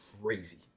Crazy